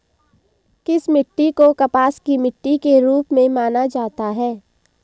किस मिट्टी को कपास की मिट्टी के रूप में जाना जाता है?